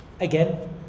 Again